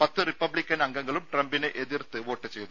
പത്ത് റിപ്പബ്ലിക്കൻ അംഗങ്ങളും ട്രംപിനെ എതിർത്ത് വോട്ട് ചെയ്തു